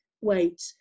wait